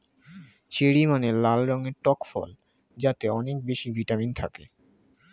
cherry মানে লাল রঙের টক ফল যাতে অনেক বেশি ভিটামিন থাকে